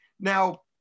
Now